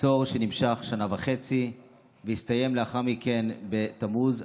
מצור שנמשך שנה וחצי והסתיים לאחר מכן בתמוז,